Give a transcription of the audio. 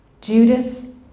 Judas